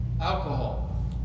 alcohol